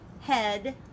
head